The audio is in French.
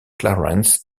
clarence